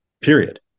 period